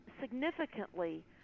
significantly